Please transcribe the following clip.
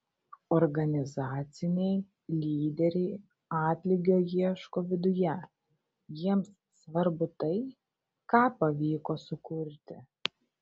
organizaciniai lyderiai atlygio ieško viduje jiems svarbu tai ką pavyko sukurti